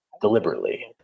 deliberately